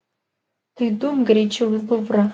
tai dumk greičiau į luvrą